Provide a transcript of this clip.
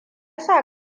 sa